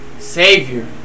Savior